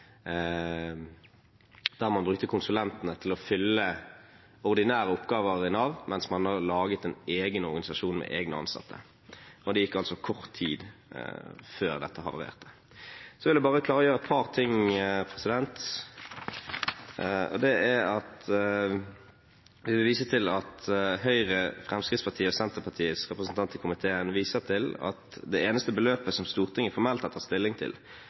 der man brukte konsulentene til å fylle ordinære oppgaver i Nav, mens man laget en egen organisasjon med egne ansatte. Og det gikk altså kort tid før dette havarerte. Så vil jeg bare klargjøre et par ting. Høyre, Fremskrittspartiet og Senterpartiets representant i komiteen viser til at det eneste beløpet som Stortinget formelt har tatt stilling til,